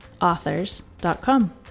authors.com